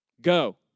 Go